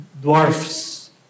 dwarfs